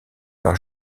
par